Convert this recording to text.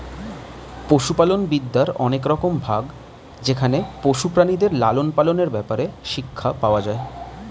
পশুপালন বিদ্যার অনেক রকম ভাগ যেখানে পশু প্রাণীদের লালন পালনের ব্যাপারে শিক্ষা পাওয়া যায়